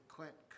Clint